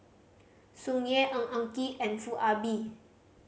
Sung Yeh Ng Eng Kee and Foo Ah Bee